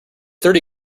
thirty